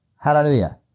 Hallelujah